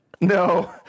no